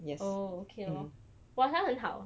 oh okay lor !wah! 他很好